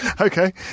Okay